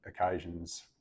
occasions